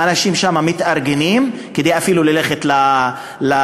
האנשים שם מתארגנים כדי אפילו ללכת לבג"ץ.